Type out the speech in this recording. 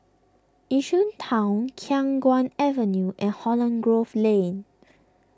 Yishun Town Khiang Guan Avenue and Holland Grove Lane